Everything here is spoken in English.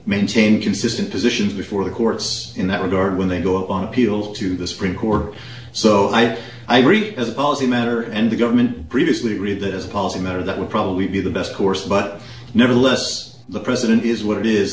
maintain consistent positions before the courts in that regard when they go on appeal to the supreme court so i read it as a policy matter and the government previously read that as a policy matter that would probably be the best course but nevertheless the president is what it is